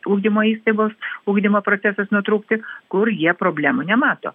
ugdymo įstaigos ugdymo procesas nutrūkti kur jie problemų nemato